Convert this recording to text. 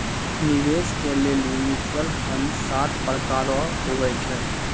निवेश के लेली म्यूचुअल फंड सात प्रकार रो हुवै छै